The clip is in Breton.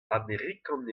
amerikan